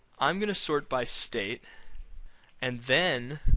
i'm going to sort by state and then,